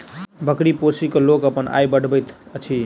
बकरी पोसि क लोक अपन आय बढ़बैत अछि